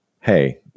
hey